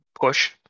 push